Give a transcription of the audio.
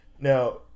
Now